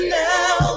now